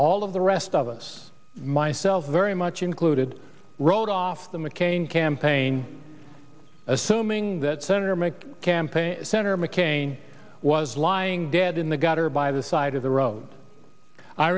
all of the rest of us myself very much included wrote off the mccain campaign assuming that senator mccain campaign senator mccain was lying dead in the gutter by the side of the road i